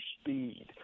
speed